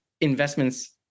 investments